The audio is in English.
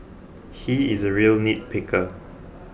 he is a real nitpicker